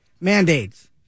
mandates